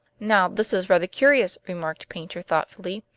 now this is rather curious, remarked paynter thoughtfully.